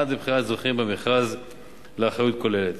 עד לבחירת זוכים במכרז לאחריות כוללת.